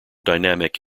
dynamic